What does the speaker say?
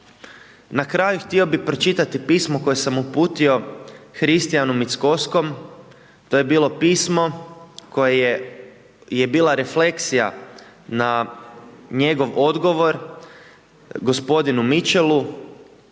Na kraju htio bih pročitati pismo koje sam uputi Hristijanu Mickoskom, to je bilo pismo koje je bila refleksija na njegov odgovor, gospodinu Mitchell,